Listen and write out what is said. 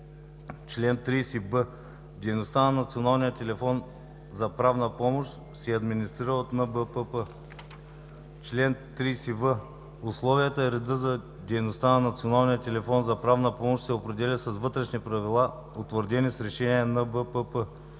Чл. 30б. Дейността на Националния телефон за правна помощ се администрира от НБПП. Чл. 30в. Условията и редът за дейността на Националния телефон за правна помощ се определят с вътрешни правила, утвърдени с решение на НБПП.